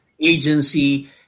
agency